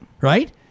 right